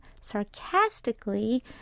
sarcastically